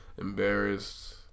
Embarrassed